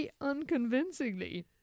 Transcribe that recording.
unconvincingly